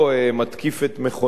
מתקיף את מכוניתו.